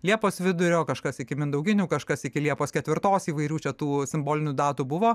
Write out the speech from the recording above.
liepos vidurio kažkas iki mindauginių kažkas iki liepos ketvirtos įvairių lietuvos simbolinių datų buvo